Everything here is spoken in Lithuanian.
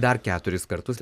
dar keturis kartus